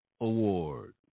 award